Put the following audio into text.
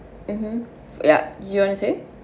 mmhmm yup you wanna say